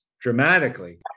dramatically